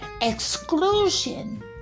exclusion